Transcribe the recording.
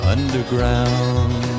Underground